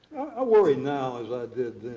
i worry now as i did